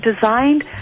designed